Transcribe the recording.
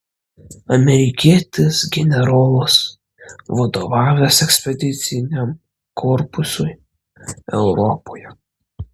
amerikietis generolas vadovavęs ekspediciniam korpusui europoje